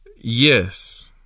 yes